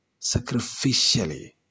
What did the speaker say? sacrificially